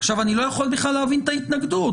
אני לא יכול בכלל להבין את ההתנגדות.